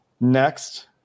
next